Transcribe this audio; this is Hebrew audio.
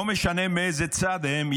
לא משנה מאיזה צד הם,